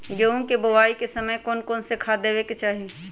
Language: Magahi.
गेंहू के बोआई के समय कौन कौन से खाद देवे के चाही?